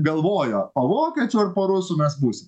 galvojo po vokiečiu ar po rusu mes būsim